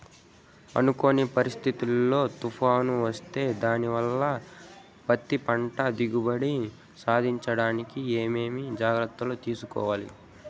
అనుకోని పరిస్థితుల్లో తుఫాను వస్తే దానివల్ల పత్తి పంట దిగుబడి సాధించడానికి ఏమేమి జాగ్రత్తలు తీసుకోవాలి?